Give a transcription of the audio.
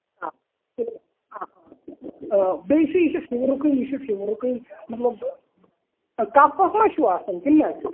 آ ٹھیٖک آ بیٚیہِ چھُ یہِ چھُ فِیورُکُے یہِ چھُ فِیورُکُے مطلب تَپھ وپھ ما چھُو آسان کِنہٕ نہَ